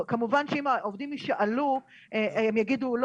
כמובן שאם העובדים יישאלו הם יגידו שהם